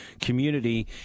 community